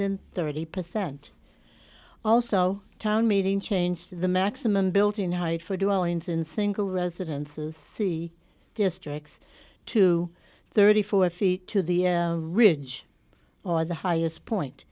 than thirty percent also town meeting changed the maximum built in height for drawings in single residences see districts to thirty four feet to the ridge or the highest point